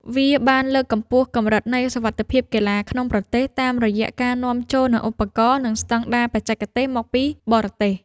វាបានលើកកម្ពស់កម្រិតនៃសុវត្ថិភាពកីឡាក្នុងប្រទេស តាមរយៈការនាំចូលនូវឧបករណ៍ និងស្ដង់ដារបច្ចេកទេសមកពីបរទេស។